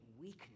weakness